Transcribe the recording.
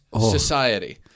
society